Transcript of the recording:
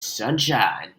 sunshine